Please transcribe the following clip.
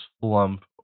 slump